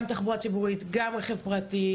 גם מבחינת תחבורה ציבורית ורכב פרטי